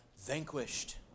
vanquished